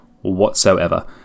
whatsoever